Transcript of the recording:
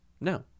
No